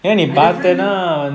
I definitely